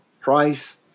price